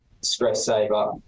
stress-saver